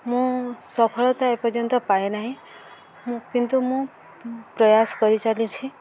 ମୁଁ ସଫଳତା ଏପର୍ଯ୍ୟନ୍ତ ପାଏ ନାହିଁ କିନ୍ତୁ ମୁଁ ପ୍ରୟାସ କରି ଚାଲୁଛି